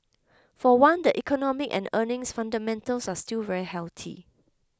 for one the economic and earnings fundamentals are still very healthy